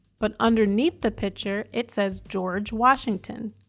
but underneath the picture it says george washington.